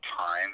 time